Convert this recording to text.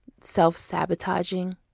self-sabotaging